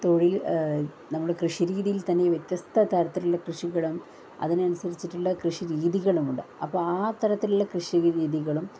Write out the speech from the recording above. തൊഴിൽ നമ്മൾ കൃഷി രീതിയിൽ തന്നെ വ്യത്യസ്ഥ തരത്തിലുള്ള കൃഷികളും അതിനനുസരിച്ചിട്ടുള്ള കൃഷി രീതികളുമുണ്ട് അപ്പം ആ തരത്തിലുള്ള കൃഷി രീതികളും